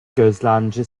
gözlemci